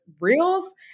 reels